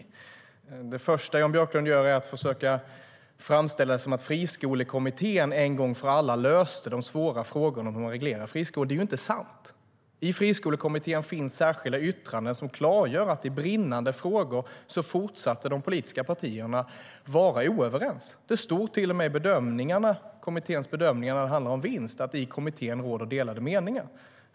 Det första Jan Björklund gör är att försöka framställa det som om Friskolekommittén en gång för alla löste de svåra frågorna med hur man reglerar friskolor. Det är ju inte sant! I Friskolekommittén finns särskilda yttranden som klargör att i brinnande frågor fortsatte de politiska partierna att vara oense. Det stod till och med i kommitténs bedömningar när det gällde frågan om vinst att det i kommittén råder delade meningar.